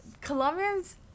Colombians